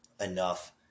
enough